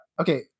okay